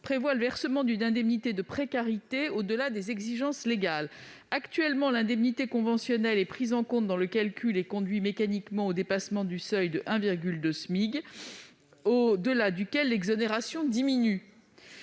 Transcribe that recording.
prévoit le versement d'une indemnité de précarité au-delà des exigences légales. Actuellement, l'indemnité conventionnelle est prise en compte dans le calcul et conduit mécaniquement au dépassement du seuil de 1,2 SMIC au-delà duquel l'exonération diminue.